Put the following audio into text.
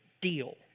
deal